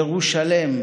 ירושלם,